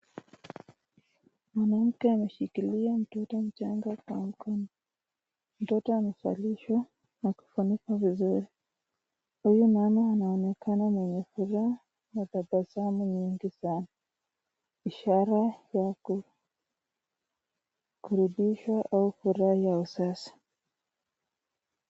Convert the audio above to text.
Mwanamke ameshikilia mtoto mchanga, mtoto huyu amevalishwa na kufunikwa vizuri, huyu mama anaonekana mwenye furaha na tabasamu nyingi sana, ishara yake kuridhisha au furaha ya kisasa.